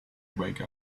wake